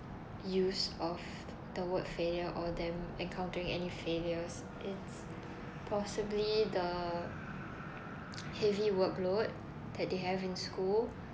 use of the word failure or them encountering any failures it's possible the heavy workload that they have in school